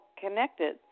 connected